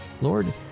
Lord